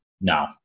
No